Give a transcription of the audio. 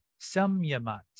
samyamat